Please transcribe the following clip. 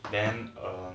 then err